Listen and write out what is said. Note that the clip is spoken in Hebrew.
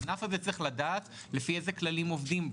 הענף הזה צריך לדעת לפי אילו כללים עובדים בו.